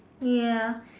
ya